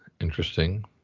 interesting